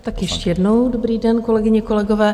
Tak ještě jednou dobrý den, kolegyně, kolegové.